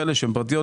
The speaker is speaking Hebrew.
עמותות שהן פרטיות,